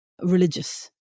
religious